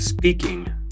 Speaking